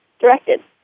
directed